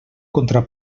contra